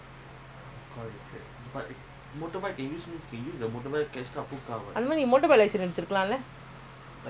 அப்புறம்என்னஅதசெஞ்சிமுடிச்சிருஅவன்கூடசேந்து தானபோய்ட்டுஇருந்த:apram enna atha senji mudichiru avan kooda senthu thana pooittu irundha finish that [one] ah motorcycle lah okay bike போலாம்அதபடிக்க:poolaam atha padikka